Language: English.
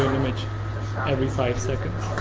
image every five seconds.